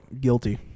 Guilty